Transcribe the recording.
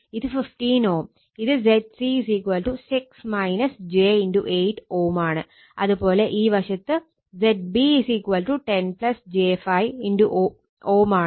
ഇത് 15 Ω ഇത് Zc Ω ആണ് അതുപോലെ ഈ വശത്ത് Zb 10 j 5 Ω ആണ്